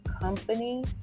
company